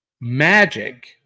magic